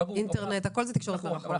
אינטרנט הכול זה תקשורת מרחוק.